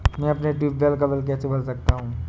मैं अपने ट्यूबवेल का बिल कैसे भर सकता हूँ?